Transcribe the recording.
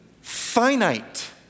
finite